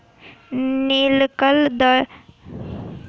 नीलबदरी के खेत में बालकगण बहुत खेल केलक